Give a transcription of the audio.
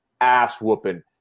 ass-whooping